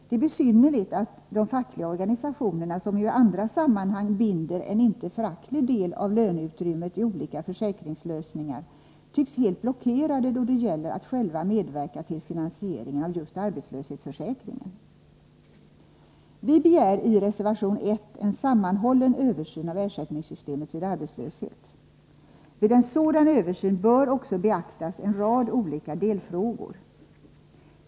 Det är besynnerligt att de fackliga organisationerna, som ju i andra sammanhang binder en inte föraktlig del av löneutrymmet i olika försäkringslösningar, tycks helt blockerade då det gäller att själva medverka till finansieringen av just arbetslöshetsförsäkringen. Vi begär i reservation 1 en sammanhållen översyn av ersättningssystemet vid arbetslöshet. Vid en sådan översyn bör också beaktas en rad olika delfrågor.